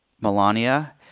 Melania